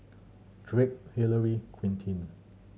Drake Hilary Quintin